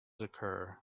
occur